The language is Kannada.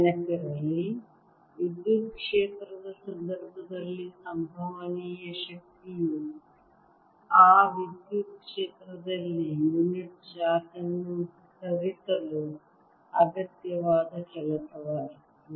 ನೆನಪಿರಲಿ ವಿದ್ಯುತ್ ಕ್ಷೇತ್ರದ ಸಂದರ್ಭದಲ್ಲಿ ಸಂಭವನೀಯ ಶಕ್ತಿಯು ಆ ವಿದ್ಯುತ್ ಕ್ಷೇತ್ರದಲ್ಲಿ ಯುನಿಟ್ ಚಾರ್ಜ್ ಅನ್ನು ಸರಿಸಲು ಅಗತ್ಯವಾದ ಕೆಲಸವಾಗಿತ್ತು